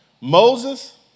Moses